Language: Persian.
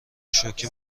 شوکه